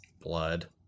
blood